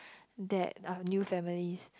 that are new families